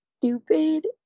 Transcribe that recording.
stupid